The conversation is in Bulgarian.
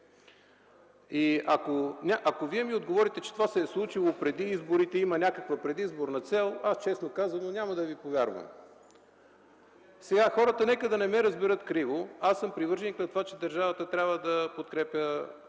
Ако Вие ми отговорите, че това се е случило преди изборите и има някаква предизборна цел, аз, честно казано, няма да Ви повярвам. Нека хората не ме разберат криво. Аз съм привърженик на това, че държавата трябва да подкрепя